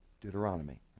Deuteronomy